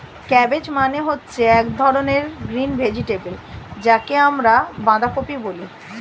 cabbage মানে হচ্ছে এক ধরনের গ্রিন ভেজিটেবল যাকে আমরা বাঁধাকপি বলি